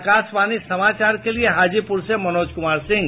आकाशवाणी समाचार के लिये हाजीपुर से मनोज कुमार सिंह